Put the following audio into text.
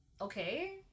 okay